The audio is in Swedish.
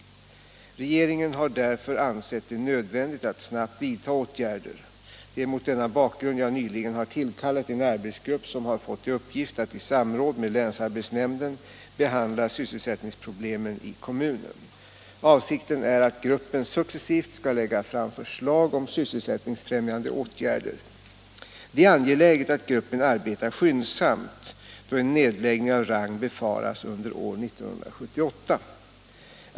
Regeringen 131 har därför ansett det nödvändigt att snabbt vidta åtgärder. Det är mot denna bakgrund jag nyligen har tillkallat en arbetsgrupp som har fått i uppgift att i samråd med länsarbetsnämnden behandla sysselsättningsproblemen i kommunen. Avsikten är att gruppen successivt skall lägga fram förslag om sysselsättningsfrämjande åtgärder. Det är angeläget att gruppen arbetar skyndsamt då en nedläggning av Rang befaras under år 1978.